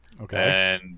Okay